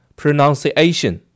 pronunciation